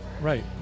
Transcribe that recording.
Right